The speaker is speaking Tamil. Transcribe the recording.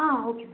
ah okay ma'am